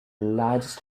largest